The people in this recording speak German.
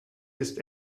ist